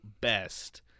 best